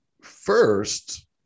first